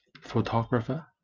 Photographer